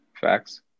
Facts